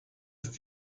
ist